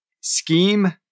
scheme